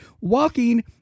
Walking